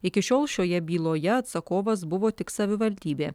iki šiol šioje byloje atsakovas buvo tik savivaldybė